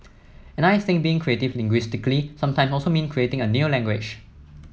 and I think being creative linguistically sometimes also mean creating a new language